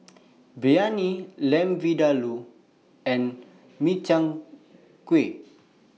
Biryani Lamb Vindaloo and Makchang Gui